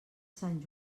sant